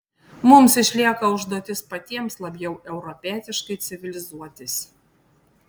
mums išlieka užduotis patiems labiau europietiškai civilizuotis